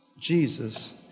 Jesus